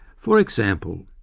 for example,